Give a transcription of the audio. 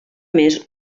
més